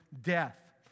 death